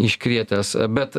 iškrėtęs bet